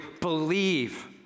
believe